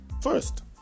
First